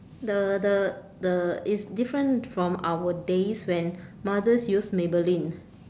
the the the it's different from our days when mothers use maybelline